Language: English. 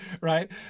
right